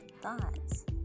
thoughts